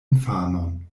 infanon